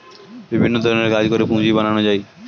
বিভিন্ন ধরণের কাজ করে পুঁজি বানানো যায়